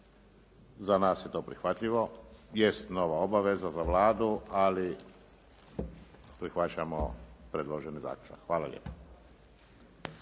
za nas je to prihvatljivo, jest nova obaveza za Vladu, ali prihvaćamo predloženi zaključak. Hvala lijepo.